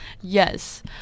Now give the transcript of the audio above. Yes